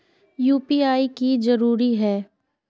UPI की जरूरी है?